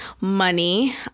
money